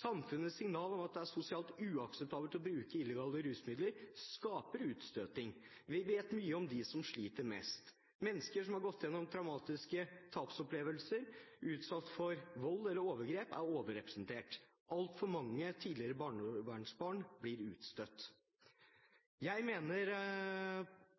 Samfunnets signal om at det er sosialt uakseptabelt å bruke illegale rusmidler, skaper utstøting. Vi vet mye om dem som sliter mest. Mennesker som har gått gjennom traumatiske tapsopplevelser, vært utsatt for vold eller overgrep, er overrepresentert. Altfor mange tidligere barnevernsbarn blir utstøtt.